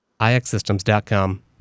ixsystems.com